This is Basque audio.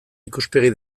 ikuspegi